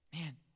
Man